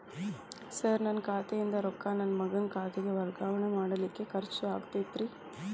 Sir ನನ್ನ ಖಾತೆಯಿಂದ ರೊಕ್ಕ ನನ್ನ ಮಗನ ಖಾತೆಗೆ ವರ್ಗಾವಣೆ ಮಾಡಲಿಕ್ಕೆ ಖರ್ಚ್ ಆಗುತ್ತೇನ್ರಿ?